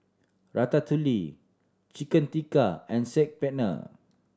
Ratatouille Chicken Tikka and Saag Paneer